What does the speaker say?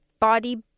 body